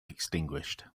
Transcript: extinguished